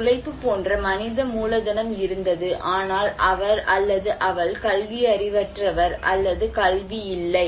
அவருக்கு உழைப்பு போன்ற மனித மூலதனம் இருந்தது ஆனால் அவர் அல்லது அவள் கல்வியறிவற்றவர் அல்லது கல்வி இல்லை